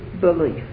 belief